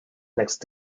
next